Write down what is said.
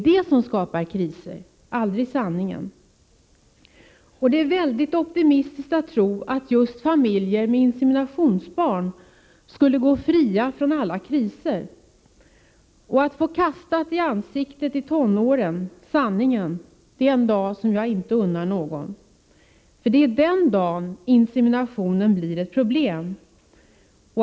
Det är väldigt optimistiskt att tro att just familjer med inseminationsbarn skulle gå fria från alla kriser. Att i tonåren få sanningen kastad i ansiktet är något som jag inte unnar någon, för det är den dagen inseminationen blir ett problem.